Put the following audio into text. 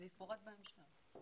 זה יפורט בהמשך.